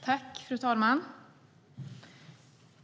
Fru talman!